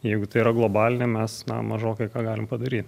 jeigu tai yra globalinė mes na mažokai ką galim padaryti